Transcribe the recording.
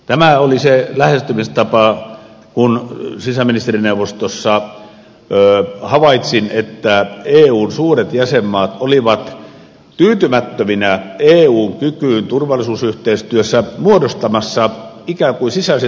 tämä oli se lähestymistapa kun sisäministerineuvostossa havaitsin että eun suuret jäsenmaat olivat tyytymättöminä eun kykyyn turvallisuusyhteistyössä muodostamassa ikään kuin sisäisen turvallisuuden sisärengasta